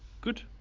Good